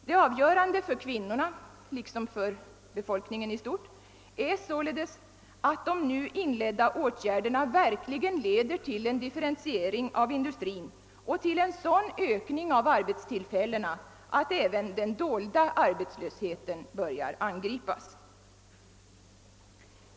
Det avgörande för kvinnorna — liksom för befolkningen som helhet — är således att de nu inledda åtgärderna verkligen leder till en differentiering av industrin och till sådan ökning av arbetstillfällena att även den dolda arbetslösheten börjar angripas.